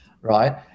right